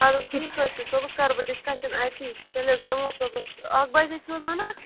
اَدٕ حظ ٹھیٖک حظ چھِ صُبحَس کَرٕ بہٕ ڈِسکَشَن اَتی تیٚلہِ حظ یِمو صُبحَس اَکھ بَجے چھُو حظ وَنان